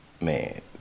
Man